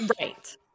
Right